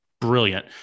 brilliant